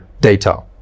data